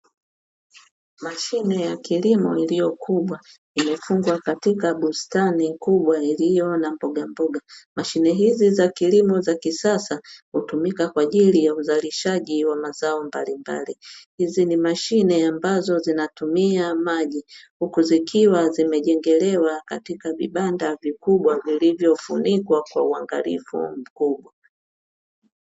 Mashine ya kilimo iliyo kubwa imefungwa katika bustani kubwa iliyo na mbogamboga. Mashine hizi za kilimo za kisasa hutumika kwa ajili ya uzalishaji wa mazao mbalimbali, hizi ni mashine ambazo zinatumia maji, huku zikiwa zimejengelewa katika vibanda vikubwa vilivyofunikwa kwa uangalifu mkubwa.